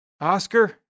Oscar